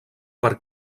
per